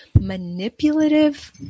manipulative